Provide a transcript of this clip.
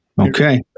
Okay